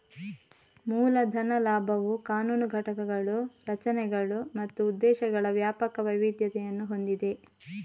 ಮೂಲ ಧನ ಲಾಭವು ಕಾನೂನು ಘಟಕಗಳು, ರಚನೆಗಳು ಮತ್ತು ಉದ್ದೇಶಗಳ ವ್ಯಾಪಕ ವೈವಿಧ್ಯತೆಯನ್ನು ಹೊಂದಿದೆ